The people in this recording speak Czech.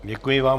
Děkuji vám.